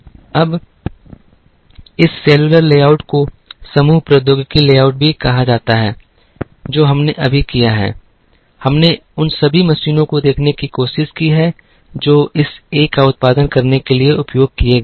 अब इस cellular layout को समूह प्रौद्योगिकी लेआउट भी कहा जाता है जो हमने अभी किया है हमने उन सभी मशीनों को देखने की कोशिश की है जो इस A का उत्पादन करने के लिए उपयोग किए गए थे